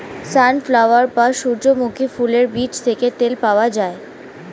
sunflower বা সূর্যমুখী ফুলের বীজ থেকে তেল পাওয়া যায়